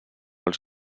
els